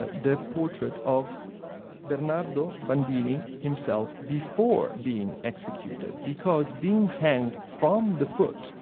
ah the portrait of bernardo bandini himself before being executed. because being hanged from the foot,